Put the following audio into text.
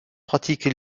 pratique